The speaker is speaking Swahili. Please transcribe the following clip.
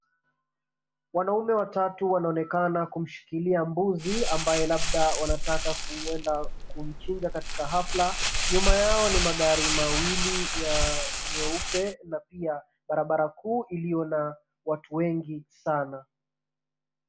Wanaume watatu wanaonekana kumshikilia mbuzi ambaye labda wanataka kwenda kumchinja katika hafla, nyuma yao ni magari mawili ya nyeupe na pia barabara kuu iliyo na watu wengi sana.